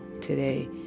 today